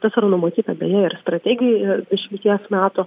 tas yra numatyta beje ir strategijoj dešimties metų